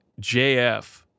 JF